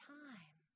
time